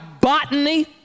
botany